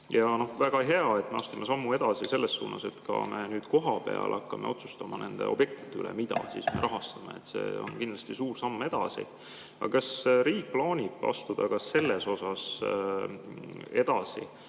Väga hea, et me astume sammu edasi selles suunas, et me nüüd ka kohapeal hakkame otsustama nende objektide üle, mida me rahastame. See on kindlasti suur samm edasi. Aga kas riik plaanib astuda ka selles edasi,